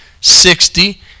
sixty